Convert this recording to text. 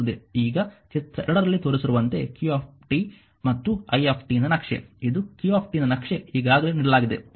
ಈಗ ಚಿತ್ರ 2 ರಲ್ಲಿ ತೋರಿಸಿರುವಂತೆ q ಮತ್ತು i ನ ನಕ್ಷೆ ಇದು q ನ ನಕ್ಷೆ ಈಗಾಗಲೇ ನೀಡಲಾಗಿದೆ